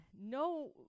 no